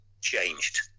changed